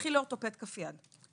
תלכי לאורתופד כף יד.